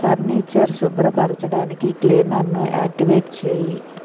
furniture శుభ్రపరచడానికి క్లీనర్ను activate చేయి